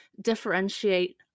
differentiate